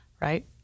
Right